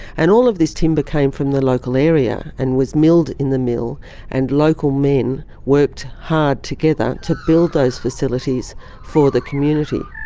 and all of this timber came from the local area and was milled in the mill and local men worked hard together to build those facilities for the community.